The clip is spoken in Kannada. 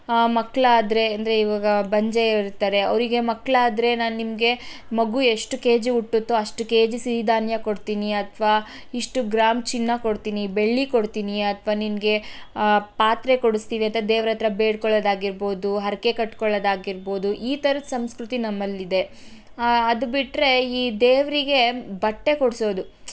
ಮಕ್ಕಳಾದ್ರೆ ಅಂದರೆ ಇವಾಗ ಬಂಜೆ ಇರ್ತಾರೆ ಅವರಿಗೆ ಮಕ್ಕಳಾದ್ರೆ ನಾನು ನಿಮಗೆ ಮಗು ಎಷ್ಟು ಕೆ ಜಿ ಹುಟ್ಟುತ್ತೋ ಅಷ್ಟು ಕೆ ಜಿ ಸಿಹಿ ಧಾನ್ಯ ಕೊಡ್ತೀನಿ ಅಥವಾ ಇಷ್ಟು ಗ್ರಾಂ ಚಿನ್ನ ಕೊಡ್ತೀನಿ ಬೆಳ್ಳಿ ಕೊಡ್ತೀನಿ ಅಥವಾ ನಿನಗೆ ಪಾತ್ರೆ ಕೊಡಸ್ತೀವಿ ಅಂತ ದೇವ್ರ ಹತ್ತಿರ ಬೇಡಿಕೊಳ್ಳೋದಾಗಿರ್ಬೋದು ಹರಕೆ ಕಟ್ಟಿಕೊಳ್ಳೋದಾಗಿರ್ಬೋದು ಈ ಥರದ ಸಂಸ್ಕೃತಿ ನಮ್ಮಲ್ಲಿದೆ ಅದು ಬಿಟ್ಟರೆ ಈ ದೇವರಿಗೆ ಬಟ್ಟೆ ಕೊಡಿಸೋದು